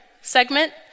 segment